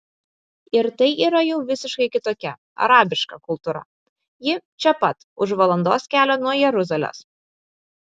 ir tai yra jau visiškai kitokia arabiška kultūra ji čia pat už valandos kelio nuo jeruzalės